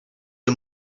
des